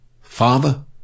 Father